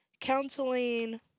counseling